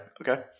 okay